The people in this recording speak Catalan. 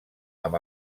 amb